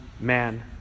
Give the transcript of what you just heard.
man